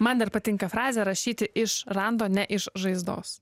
man dar patinka frazė rašyti iš rando ne iš žaizdos